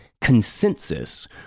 consensus